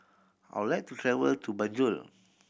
I would like to travel to Banjul